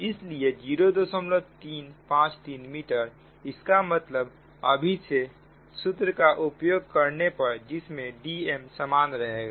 इसलिए 0353 मीटर इसका मतलब अभी से सूत्र का उपयोग करने पर जिसमें Dmसमान रहेगा